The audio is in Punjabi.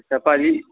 ਅੱਛਾ ਭਾਅ ਜੀ